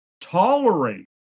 tolerate